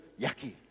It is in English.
yucky